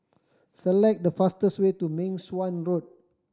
select the fastest way to Meng Suan Road